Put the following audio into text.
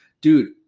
dude